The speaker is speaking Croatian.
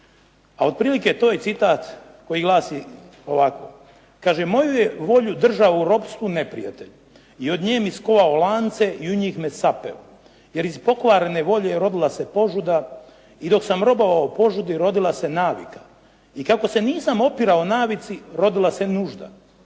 A otprilike to je citat koji glasi ovako: " Moju je volju držao u ropstvu neprijatelj i od nje mi skovao lance i u njih me sapeo jer iz pokvarene volje rodila se požuda i dok sam robovao požudi rodila se navika. I kako se nisam opirao navici rodila se nužda.